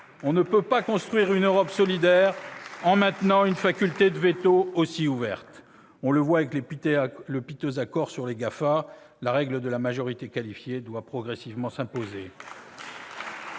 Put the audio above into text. On ne peut pas construire une Europe solidaire en maintenant une faculté de veto aussi ouverte. On le voit avec le piteux accord sur les GAFA. La règle de la majorité qualifiée doit progressivement s'imposer.